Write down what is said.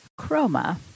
chroma